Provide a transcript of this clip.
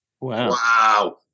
Wow